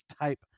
type